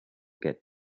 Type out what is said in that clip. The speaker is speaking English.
get